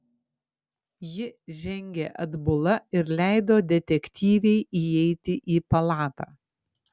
ji žengė atbula ir leido detektyvei įeiti į palatą